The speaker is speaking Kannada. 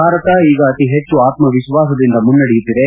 ಭಾರತ ಈಗ ಅತಿ ಹೆಚ್ಚು ಆತ್ಮವಿಶ್ವಾಸದಿಂದ ಮುನ್ನಡೆಯುತ್ತಿದೆ